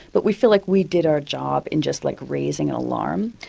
but we feel like we did our job in just like raising an alarm.